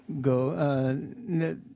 go